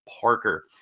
Parker